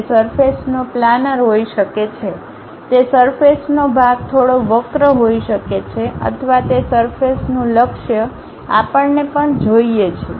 તે સરફેસનો પ્લાનર હોઈ શકે છે તે સરફેસનો ભાગ થોડો વક્ર હોઈ શકે છે અથવા તે સરફેસનું લક્ષ્ય આપણને પણ જોઈએ છે